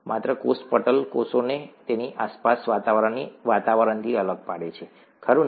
માત્ર કોષ પટલ કોષને તેની આસપાસના વાતાવરણથી અલગ પાડે છે ખરું ને